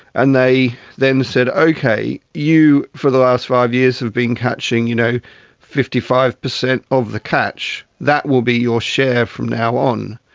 and they then said, okay, you for the last five years has been catching you know fifty five percent of the catch, that will be your share from now on.